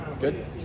good